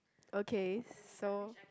okay so